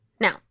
Now